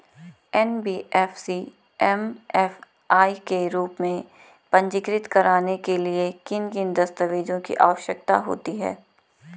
NBFC MFI के रूप में पंजीकृत कराने के लिए किन किन दस्तावेज़ों की आवश्यकता होती है?